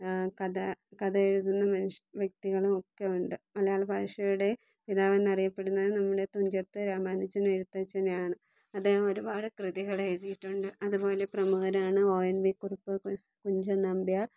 കഥ കഥയെഴുതുന്ന മനുഷ്യ വ്യക്തികളും ഒക്കെയുണ്ട് മലയാള ഭാഷയുടെ പിതാവ് എന്നറിയപ്പെടുന്നത് നമ്മുടെ തുഞ്ചത്ത് രാമാനുജൻ എഴുത്തച്ഛനാണ് അദ്ദേഹം ഒരുപാട് കൃതികളെഴുതിയിട്ടുണ്ട് അതുപോലെ പ്രമുഖരാണ് ഒ എൻ വി കുറുപ്പ് കു കുഞ്ചൻ നമ്പ്യാർ